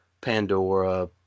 Pandora